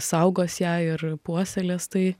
saugos ją ir puoselės tai